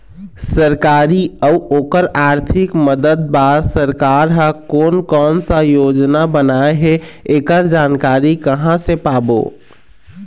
सरकारी अउ ओकर आरथिक मदद बार सरकार हा कोन कौन सा योजना बनाए हे ऐकर जानकारी कहां से पाबो?